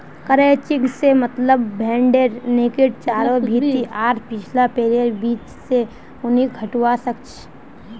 crutching से मतलब भेडेर नेंगड चारों भीति आर पिछला पैरैर बीच से ऊनक हटवा से छ